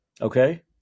okay